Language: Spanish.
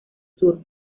sur